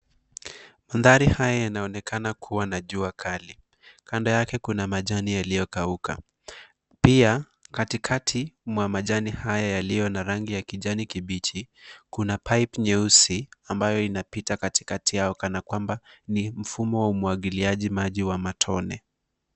Mandhari haya yanaonekana kuwa na jua kali, kando yake kuna majani yaliyo kauka. Pia katikati mwa majani haya yaliyo na rangi ya kijani kibichi, kuna pipe nyeusi ambayo inapita katikati yao kanakwamba ni mfumo wa umwagiliaji maji wa matone.